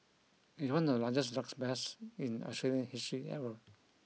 it one of the largest drugs busts in Australian history ever